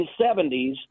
1970s